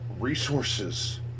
Resources